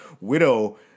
Widow